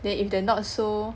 then if they're not so